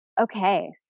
Okay